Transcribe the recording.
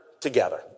together